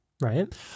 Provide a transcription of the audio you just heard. Right